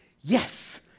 yes